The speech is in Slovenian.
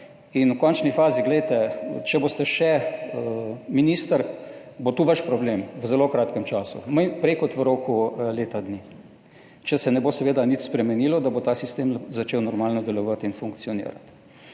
In v končni fazi, glejte, če boste še minister bo to vaš problem v zelo kratkem času, prej kot v roku leta dni, če se ne bo seveda nič spremenilo, da bo ta sistem začel normalno delovati in funkcionirati.